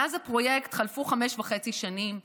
מאז הפרויקט חלפו חמש שנים וחצי.